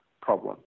problem